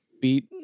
beat